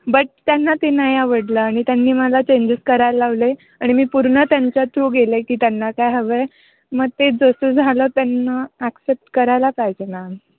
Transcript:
but त्यांना ते नाही आवडलं आणि त्यांनी मला चेंजेस करायला लावले आणि मी पूर्ण त्यांच्या थ्रू गेले की त्यांना काय हवं आहे मग ते जसं झालं त्यांना ॲक्सेप्ट करायला पाहिजे मॅम